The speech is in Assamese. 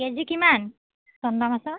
কেজি কিমান চন্দা মাছৰ